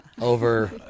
over